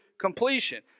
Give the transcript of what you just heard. completion